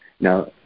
Now